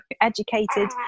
educated